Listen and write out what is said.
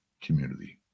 community